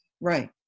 Right